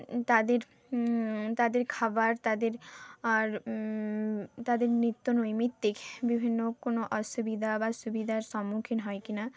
তাদের তাদের খাবার তাদের আর তাদের নিত্য নৈমিত্তিক বিভিন্ন কোনও অসুবিধা বা সুবিধার সম্মুখীন হয় কি না